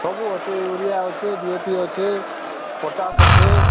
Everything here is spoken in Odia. ସବୁ ଅଛେ ୟୁରିଆ ଅଛେ ଡି ଏ ପି ଅଛେ ପଟାସ୍ ଅଛେ